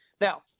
Now